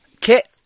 Kit